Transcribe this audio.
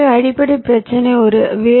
எனவே அடிப்படை பிரச்சினை ஒரு வி